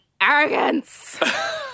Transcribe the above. arrogance